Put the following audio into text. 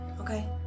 Okay